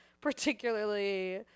Particularly